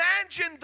imagine